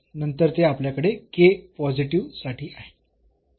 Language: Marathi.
तर नंतर ते आपल्याकडे k पॉझिटिव्ह साठी आहे